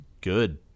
good